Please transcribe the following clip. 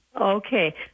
Okay